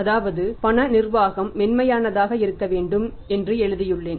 அதாவது பண நிர்வாகம் மென்மையானதாக வேண்டும் என்று எழுதியுள்ளேன்